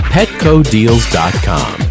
PetcoDeals.com